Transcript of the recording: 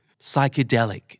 psychedelic